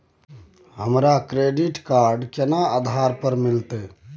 हमरा credit card केना आधार पर मिलते?